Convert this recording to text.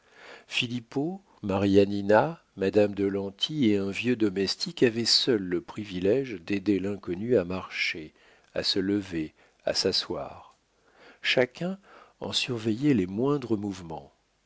marianina madame de lanty et un vieux domestique avaient seuls le privilége d'aider l'inconnu à marcher à se lever à s'asseoir chacun en surveillait les moindres mouvements